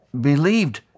believed